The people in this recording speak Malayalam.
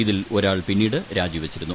ഇതിൽ ഒരാൾ പിന്നീട് രാജിവച്ചിരുന്നു